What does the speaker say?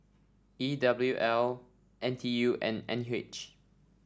E W L N T U and N U H